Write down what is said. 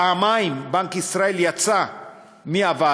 פעמיים בנק ישראל יצא מהוועדה,